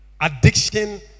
Addiction